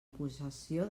possessió